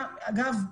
אגב,